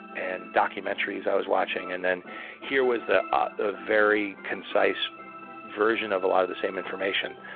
and documentaries i was watching. and then here was the ah ah very concise version of a lot of the same information